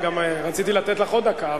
וגם רציתי לתת לך עוד דקה,